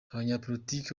abanyapolitiki